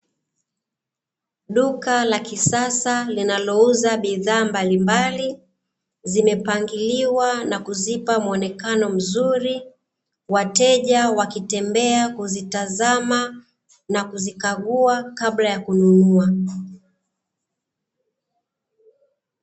Duka la kisasa linalolouza bidhaa mbalimbali, zimepangiliwa na kuzipa muonekano mzuri, wateja wakitembea kuzitazama na kuzikagua kabla ya kununua.